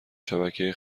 شبکه